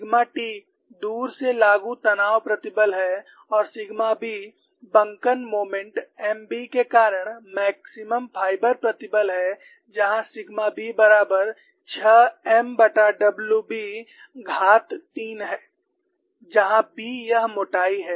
sigma t दूर से लागू तनाव प्रतिबल है और सिग्मा b बंकन मोमेंट Mb के कारण मैक्सिमम फाइबर प्रतिबल है जहां सिग्मा b बराबर 6 MW B घात 3 है जहां B यह मोटाई है